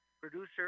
producer